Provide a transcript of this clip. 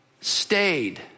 stayed